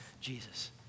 Jesus